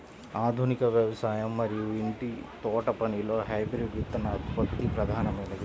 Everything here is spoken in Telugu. ఆధునిక వ్యవసాయం మరియు ఇంటి తోటపనిలో హైబ్రిడ్ విత్తనోత్పత్తి ప్రధానమైనది